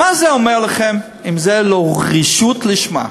מה זה אומר לכם, אם זאת לא רשעות לשמה?